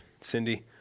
Cindy